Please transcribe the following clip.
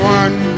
one